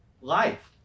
life